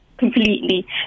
Completely